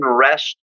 rest